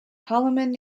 holloman